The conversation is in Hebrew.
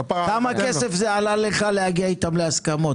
כמה כסף זה עלה לך להגיע איתם להסכמות?